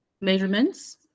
measurements